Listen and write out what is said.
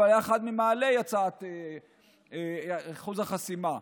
אבל היה אחד ממעלי הצעת אחוז החסימה,